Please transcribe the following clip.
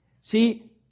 See